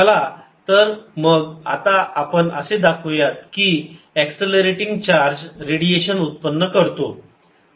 चला तर मग आता असे दाखवूया की एक्ससेलरेटिंग चार्ज रेडिएशन उत्पन्न करतो